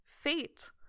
fate